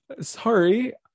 sorry